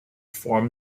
formed